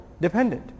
dependent